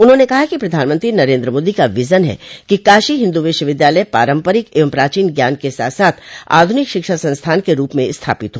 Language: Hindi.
उन्होंने कहा कि प्रधानमंत्री नरेन्द्र मोदी का विजन है कि काशी हिन्दू विश्वविद्यालय पारम्परिक एवं प्राचीन ज्ञान के साथ साथ आध्निक शिक्षा संस्थान के रूप में स्थापित हो